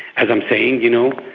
as i'm saying, you know,